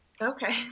Okay